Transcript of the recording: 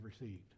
received